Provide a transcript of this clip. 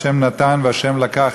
ה' נתן וה' לקח,